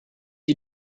you